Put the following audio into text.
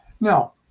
Now